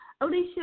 Alicia